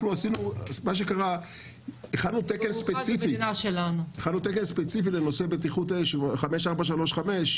מה שקרה הוא שהכנו תקן ספציפי לנושא בטיחות אש מספר 5435,